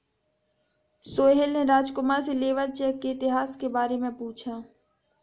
सोहेल ने राजकुमार से labour check के इतिहास के बारे में पूछा